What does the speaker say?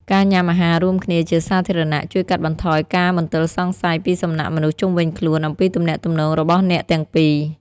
ការញ៉ាំអាហាររួមគ្នាជាសាធារណៈ ជួយកាត់បន្ថយការមន្ទិលសង្ស័យពីសំណាក់មនុស្សជុំវិញខ្លួនអំពីទំនាក់ទំនងរបស់អ្នកទាំងពីរ។